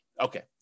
okay